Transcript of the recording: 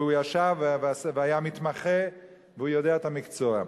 והוא ישב והיה מתמחה והוא יודע את המקצוע.